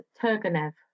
Turgenev